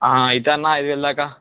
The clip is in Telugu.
అవుతుందన్న ఐదు వేల దాకా